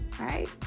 right